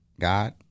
God